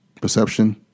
perception